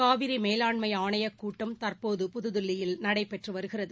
காவிரிமேலாண்மைஆணையக் கூட்டம் தற்போது புதுதில்லியில் நடைபெற்றுவருகிறது